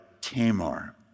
Tamar